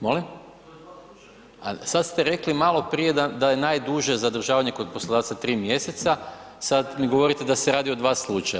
Molim? … [[Upadica: Ne razumije se.]] A sad ste rekli maloprije da je najduže zadržavanje kod poslodavca 3 mjeseca, sad mi govorite da se radi o 2 slučaja.